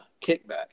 kickback